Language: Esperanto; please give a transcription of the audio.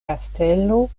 kastelo